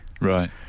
right